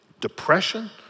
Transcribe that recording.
depression